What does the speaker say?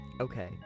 Okay